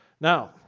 Now